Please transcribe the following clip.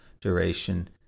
duration